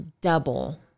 double